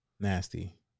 Nasty